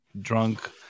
drunk